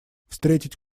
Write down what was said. встретить